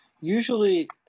usually